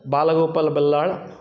Balgopal Ballal